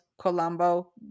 Colombo